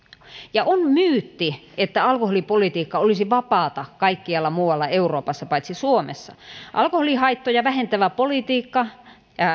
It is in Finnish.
ja on myytti että alkoholipolitiikka olisi vapaata kaikkialla muualla euroopassa paitsi suomessa alkoholihaittoja vähentävä politiikka